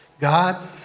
God